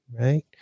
right